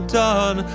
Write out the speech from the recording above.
done